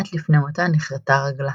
מעט לפני מותה נכרתה רגלה.